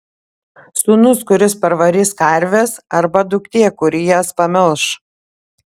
sūnus kuris parvarys karves arba duktė kuri jas pamelš